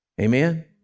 Amen